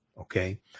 okay